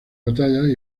batallas